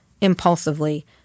impulsively